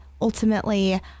ultimately